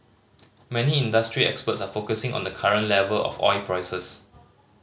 many industry experts are focusing on the current level of oil prices